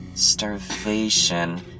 starvation